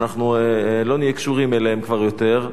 אנחנו לא נהיה קשורים אליהם יותר.